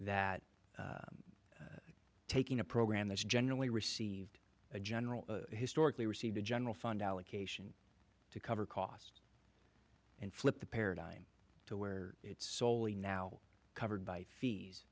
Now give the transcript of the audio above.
that taking a program that's generally received a general historically received a general fund allocation to cover costs and flip the paradigm to where it's soley now covered by